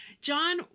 John